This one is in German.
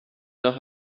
noch